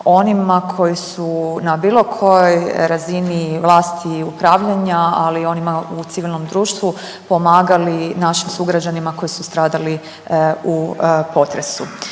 onima koji su na bilo kojoj razini vlasti upravljanja, ali i onima u civilnom društvu pomagali našim sugrađanima koji su stradali u potresu.